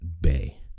bay